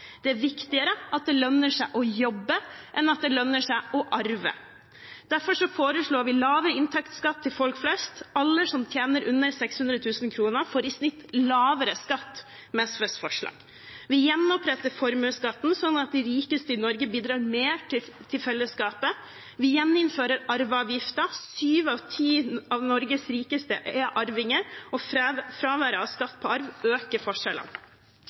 Det er viktigere at det lønner seg å jobbe, enn at det lønner seg å arve. Derfor foreslår vi lavere inntektsskatt til folk flest. Alle som tjener under 600 000 kr, får i snitt lavere skatt med SVs forslag. Vi gjenoppretter formuesskatten, slik at de rikeste i Norge bidrar mer til fellesskapet. Vi gjeninnfører arveavgiften. Sju av ti av Norges rikeste er arvinger, og fraværet av skatt på arv øker forskjellene.